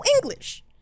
English